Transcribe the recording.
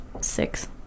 Six